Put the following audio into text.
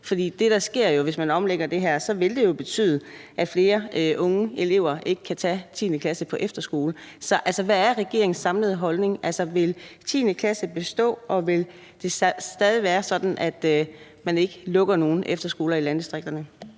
10. klasse? For hvis man omlægger det her, vil det jo betyde, at flere unge elever ikke kan tage 10. klasse på efterskole. Så hvad er regeringens samlede holdning? Vil 10. klasse bestå, og vil det være sådan, at man ikke lukker nogen efterskoler i landdistrikterne?